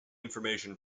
information